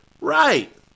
Right